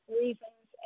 reasons